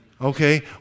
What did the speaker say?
Okay